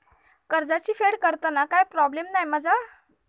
कर्जाची फेड करताना काय प्रोब्लेम नाय मा जा?